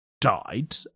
died